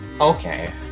Okay